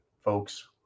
folks